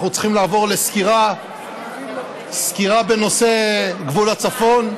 אנחנו צריכים לעבור לסקירה בנושא גבול הצפון,